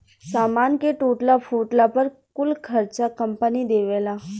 सामान के टूटला फूटला पर कुल खर्चा कंपनी देवेला